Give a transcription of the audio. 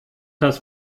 das